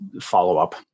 follow-up